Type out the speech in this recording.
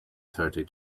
thirty